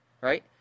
right